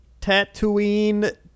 Tatooine